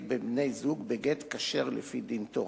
בין בני-זוג בגט כשר לפי דין תורה.